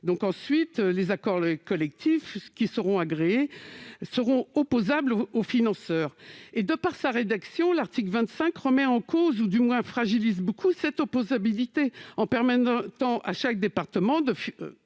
suite, les accords collectifs qui seront agréés seront opposables aux financeurs. Tel qu'il est rédigé, l'article 25 A remet en cause ou, du moins, fragilise largement cette opposabilité en permettant à chaque département de